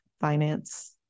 finance